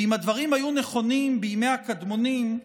ואם הדברים היו נכונים בימי הקדמונים,